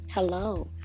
Hello